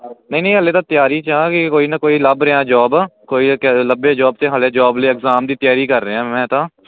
ਨਹੀਂ ਨਹੀਂ ਹਾਲੇ ਤਾਂ ਤਿਆਰੀ ਚ ਹਾਂ ਕਿ ਕੋਈ ਨਾ ਕੋਈ ਲੱਭ ਰਿਹਾ ਜੋਬ ਕੋਈ ਲੱਭੇ ਜੋਬ ਤੇ ਹਾਲੇ ਜੋਬ ਲਈ ਇਗਜ਼ਾਮ ਦੀ ਤਿਆਰੀ ਕਰ ਰਿਹਾ ਮੈਂ ਤਾਂ